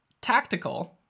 tactical